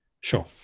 sure